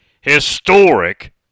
historic